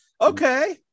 Okay